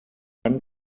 dann